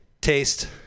taste